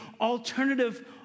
alternative